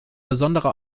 besonderer